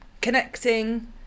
connecting